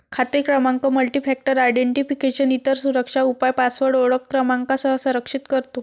खाते क्रमांक multifactor identification, इतर सुरक्षा उपाय पासवर्ड ओळख क्रमांकासह संरक्षित करतो